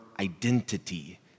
identity